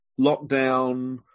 lockdown